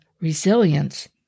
resilience